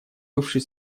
бывший